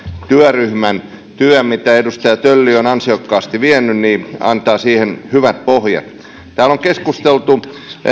työryhmän työ mitä edustaja tölli on ansiokkaasti vienyt antaa siihen hyvät pohjat täällä on keskusteltu